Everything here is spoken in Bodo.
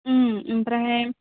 ओमफ्राय